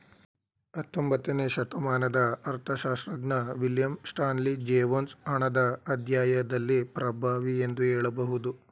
ಹತ್ತೊಂಬತ್ತನೇ ಶತಮಾನದ ಅರ್ಥಶಾಸ್ತ್ರಜ್ಞ ವಿಲಿಯಂ ಸ್ಟಾನ್ಲಿ ಜೇವೊನ್ಸ್ ಹಣದ ಅಧ್ಯಾಯದಲ್ಲಿ ಪ್ರಭಾವಿ ಎಂದು ಹೇಳಬಹುದು